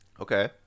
Okay